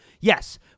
Yes